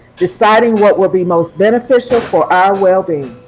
deciding what will be most beneficial for our well-being.